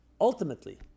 ultimately